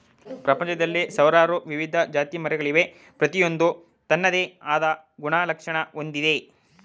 ಪ್ರಪಂಚ್ದಲ್ಲಿ ಸಾವ್ರಾರು ವಿವಿಧ ಜಾತಿಮರಗಳವೆ ಪ್ರತಿಯೊಂದೂ ತನ್ನದೇ ಆದ್ ಗುಣಲಕ್ಷಣ ಹೊಂದಯ್ತೆ